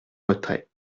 retrait